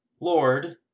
Lord